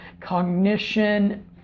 cognition